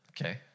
okay